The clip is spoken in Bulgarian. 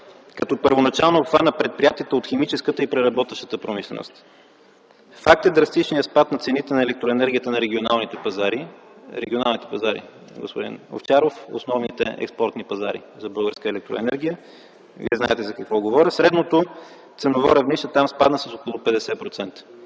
като първоначално тя обхвана предприятията от химическата и преработващата промишленост. Факт е драстичният спад на цените на електроенергията на регионалните пазари. Регионалните пазари, господин Овчаров, основните експортни пазари за българската електроенергия! Вие знаете за какво говоря. Средното ценово равнище там спадна с около 50%.